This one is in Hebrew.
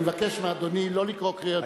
אני מבקש מאדוני לא לקרוא קריאות ביניים.